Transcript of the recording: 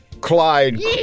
Clyde